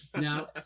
Now